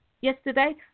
yesterday